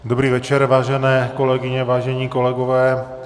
Dobrý večer, vážené kolegyně, vážení kolegové.